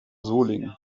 solingen